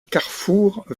carrefour